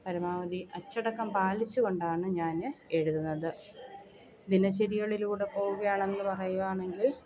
പരമാവധി അച്ചടക്കം പാലിച്ചു കൊണ്ടാണ് ഞാൻ എഴുതുന്നത് ദിനചര്യകളിലൂടെ പോകുകയാണെന്ന് പറയുവാണെങ്കിൽ